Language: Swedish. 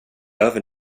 över